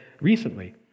recently